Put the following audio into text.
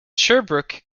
sherbrooke